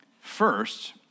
First